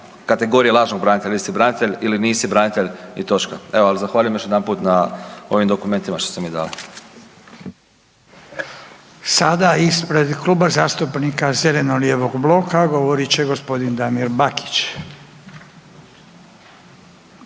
kategorije lažnog branitelja il se branitelj il nisi branitelj i točka. Evo, zahvaljujem još jedanput na ovim dokumentima što ste mi dali. **Radin, Furio (Nezavisni)** Sada ispred Kluba zastupnika zeleno-lijevog bloka govorit će gospodin Damir Bakić